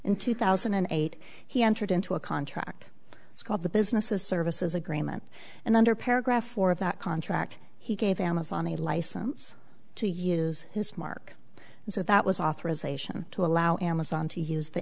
in two thousand and eight he entered into a contract it's called the business of services agreement and under paragraph four of that contract he gave amazon the license to use his mark so that was authorization to allow amazon to use the